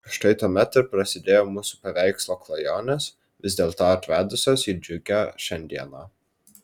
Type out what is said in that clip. štai tuomet ir prasidėjo mūsų paveikslo klajonės vis dėlto atvedusios į džiugią šiandieną